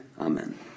Amen